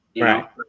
Right